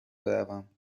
بروم